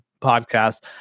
podcast